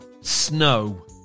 snow